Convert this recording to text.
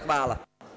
Hvala.